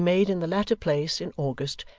he made in the latter place, in august,